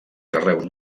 carreus